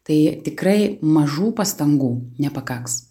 tai tikrai mažų pastangų nepakaks